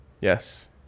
Yes